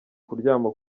kuryama